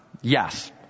Yes